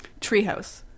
treehouse